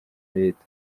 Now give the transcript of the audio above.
leta